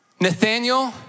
Nathaniel